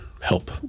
help